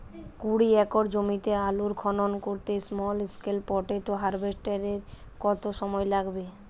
কুড়ি একর জমিতে আলুর খনন করতে স্মল স্কেল পটেটো হারভেস্টারের কত সময় লাগবে?